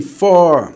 four